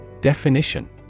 Definition